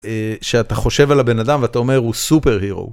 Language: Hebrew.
שאתה חושב על הבן אדם ואתה אומר הוא סופר הירו.